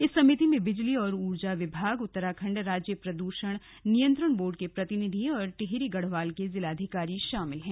इस समिति में बिजली और ऊर्जा विभाग उत्तराखंड राज्य प्रदूषण नियंत्रण बोर्ड के प्रतिनिधि और टिहरी गढ़वाल के जिलाधिकारी शामिल हैं